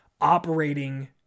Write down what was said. operating